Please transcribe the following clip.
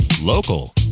local